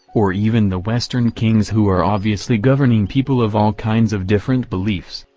or even the western kings who are obviously governing people of all kinds of different beliefs,